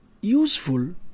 useful